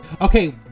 Okay